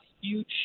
huge